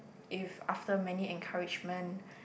if after many encouragement